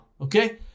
Okay